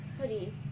hoodie